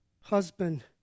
husband